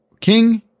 king